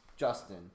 Justin